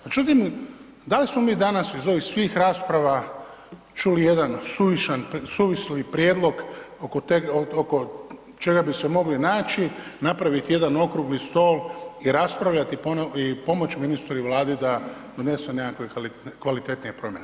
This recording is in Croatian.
Međutim, da li smo mi danas iz ovih svih rasprava čuli jedan suvisli prijedlog oko čega bi se mogli naći, napraviti jedan okrugli stol i raspravljati i pomoći ministru i Vladi da donesu nekakve kvalitetnije promjene?